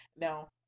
Now